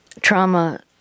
trauma